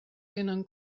tenen